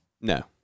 No